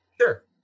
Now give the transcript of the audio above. Sure